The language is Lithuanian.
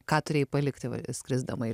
ką turėjai palikti skrisdama